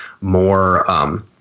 more